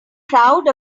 proud